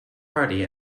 party